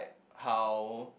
how